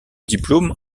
diplôme